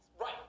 Right